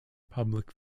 public